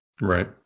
Right